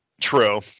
true